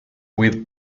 with